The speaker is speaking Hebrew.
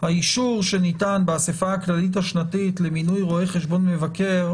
האישור שניתן באסיפה הכללית השנתית למינוי רואה חשבון מבקר,